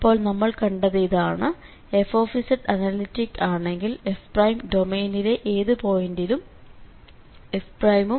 അപ്പോൾ നമ്മൾ കണ്ടത് ഇതാണ് f അനലിക്ക് ആണെങ്കിൽ f ഡൊമെയ്നിലെ ഏതു പോയിന്റിലും f ഉം അനലിറ്റിക്ക് ആയിരിക്കും